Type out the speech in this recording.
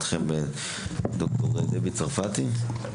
בבקשה.